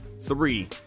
three